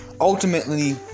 Ultimately